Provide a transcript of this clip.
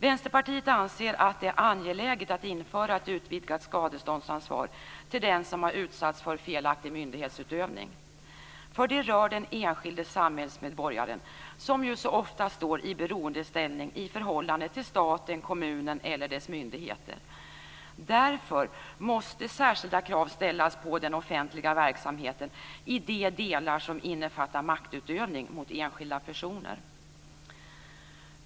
Vänsterpartiet anser att det är angeläget att införa ett utvidgat skadeståndsansvar när det gäller den som har utsatts för felaktig myndighetsutövning. Det rör den enskilde samhällsmedborgaren, som så ofta står i beroendeställning i förhållande till staten och kommunen eller deras myndigheter. Därför måste särskilda krav ställas på den offentliga verksamheten i de delar som innefattar maktutövning mot enskilda personer.